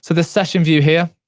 so, the session view here,